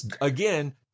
again